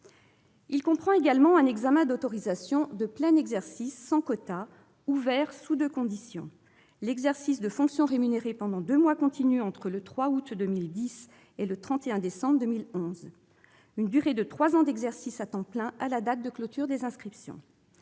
Il comprend également un examen d'autorisation de plein exercice sans quota, ouvert sous deux conditions : l'exercice de fonctions rémunérées pendant deux mois continus entre le 3 août 2010 et le 31 décembre 2011 ; une durée de trois ans d'exercice à temps plein à la date de clôture des inscriptions.